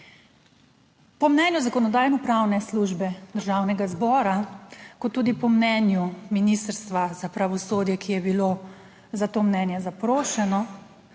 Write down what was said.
Po mnenju Zakonodajno-pravne službe Državnega zbora kot tudi po mnenju Ministrstva za pravosodje, ki je bilo za to mnenje zaprošeno,